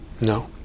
No